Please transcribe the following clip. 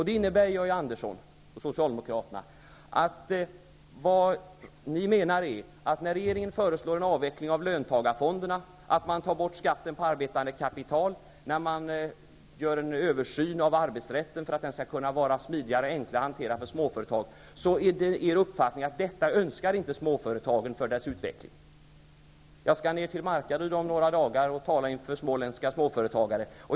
Det ni menar, Georg Andersson och Socialdemokraterna, är att när regeringen föreslår en avveckling av löntagarfonderna, tar bort skatten på arbetande kapital, gör en översyn av arbetsrätten, för att den skall kunna vara smidigare och enklare att hantera för småföretagen, skulle småföretagen inte önska detta för sin utveckling. Jag skall ned till Markaryd om några dagar och tala inför småländska småföretagare.